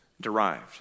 derived